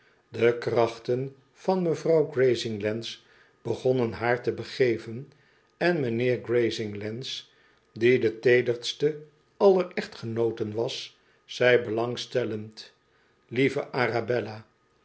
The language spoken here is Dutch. de krachten van mevrouw grazinglands begonnen haar te begeven en mijnheer grazinglands die de teederste aller echtgenooten was zei belangstellend lieve arabella